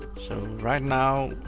so, right now,